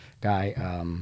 guy